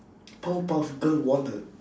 powerpuff girl wallet